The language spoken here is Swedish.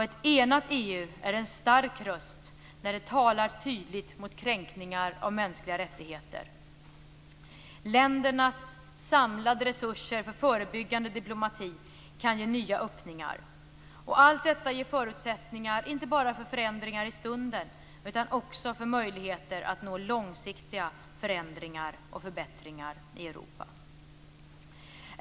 Ett enat EU är en stark röst när den talar tydligt mot kränkningar av mänskliga rättigheter. Ländernas samlade resurser för förebyggande diplomati kan ge nya öppningar. Allt detta ger förutsättningar inte bara för förändringar för stunden utan också för möjligheterna att nå långsiktiga förändringar och förbättringar i Europa.